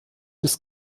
des